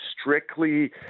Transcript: strictly